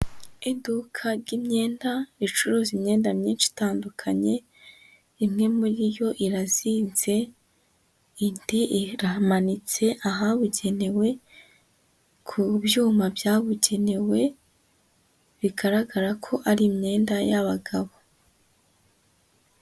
Iduka ry'imyenda ricuruza imyenda myinshi itandukanye, imwe muri yo irazinze, indi imanitse ahabugenewe ku byuma byabugenewe, bigaragarako ari imyenda y'abagabo.